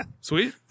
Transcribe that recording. sweet